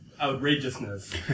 outrageousness